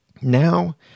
Now